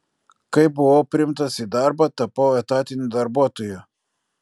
kai buvau priimtas į darbą tapau etatiniu darbuotoju